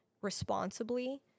responsibly